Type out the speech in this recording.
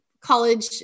college